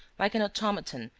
like an automaton,